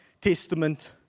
Testament